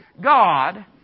God